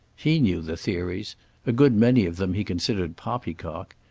he knew the theories a good many of them he considered poppycock.